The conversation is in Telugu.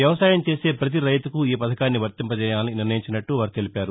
వ్యవసాయం చేసే పతి రైతుకూ ఈపథకాన్ని వర్తింపజేయాలని నిర్ణయించినట్లు తెలిపారు